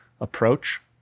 approach